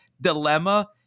dilemma